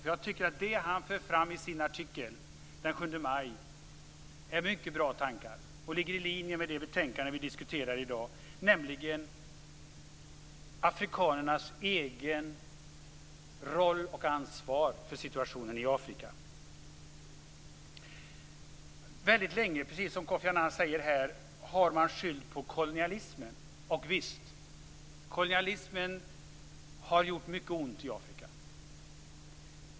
Jag tycker nämligen att det han för fram i sin artikel - afrikanernas egen roll och eget ansvar för situationen i Afrika - är mycket bra tankar som ligger i linje med det betänkande vi diskuterar i dag. Väldigt länge har man, precis som Kofi Annan säger, skyllt på kolonialismen. Och visst - kolonialismen har gjort mycket ont i Afrika.